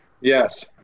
Yes